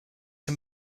can